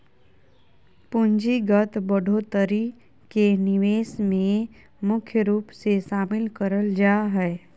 पूंजीगत बढ़ोत्तरी के निवेश मे मुख्य रूप से शामिल करल जा हय